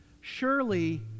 Surely